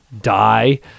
die